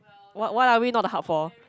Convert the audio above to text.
what what are we not the hub for